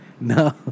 No